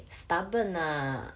stubborn lah